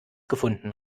gefunden